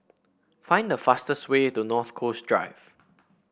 find the fastest way to North Coast Drive